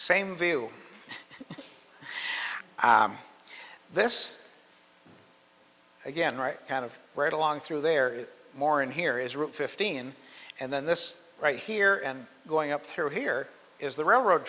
same view this again right kind of right along through there is more and here is route fifteen and then this right here and going up through here is the railroad